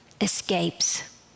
escapes